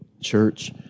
church